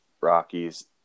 Rockies